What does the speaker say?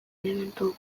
elementu